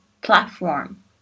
Platform